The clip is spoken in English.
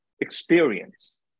experience